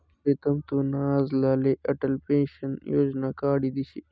प्रीतम तु तुना आज्लाले अटल पेंशन योजना काढी दिशी